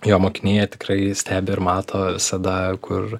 jo mokiniai jie tikrai stebi ir mato visada kur